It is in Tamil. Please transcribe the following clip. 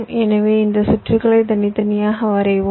எனவே இந்த சுற்றுகளை தனித்தனியாக வரைவோம்